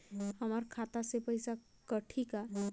हमर खाता से पइसा कठी का?